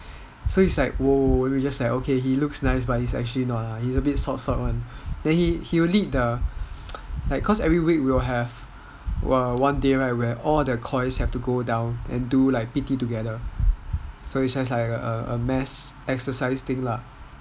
so it's like !whoa! he looks nice but he's actually a bit sot sot [one] then he'll lead the like cause every week we'll have one day where all the coys have to go down and do P_T together so it's just like a mass exercise thing lah